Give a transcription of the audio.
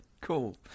Cool